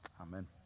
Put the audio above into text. amen